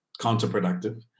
counterproductive